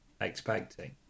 expecting